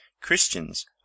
Christians